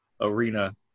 arena –